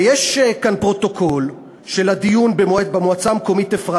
ויש כאן פרוטוקול של הדיון במועצה המקומית אפרת